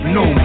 no